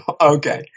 Okay